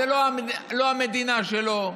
זו לא המדינה שלו,